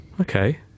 okay